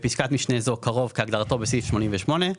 בפסקת משנה זו "קרוב" כהגדרתו בסעיף 88,